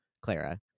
Clara